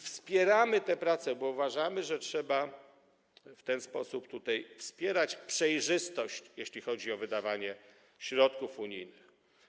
Wspieramy te prace, bo uważamy, że trzeba w ten sposób wspierać przejrzystość, jeśli chodzi o wydawanie środków unijnych.